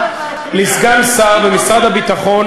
לסגן שר במשרד הביטחון,